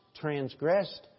transgressed